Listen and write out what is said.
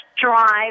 drive